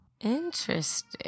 Interesting